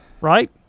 Right